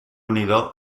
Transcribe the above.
unido